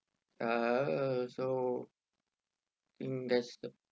uh so investor